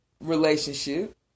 relationship